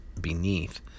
beneath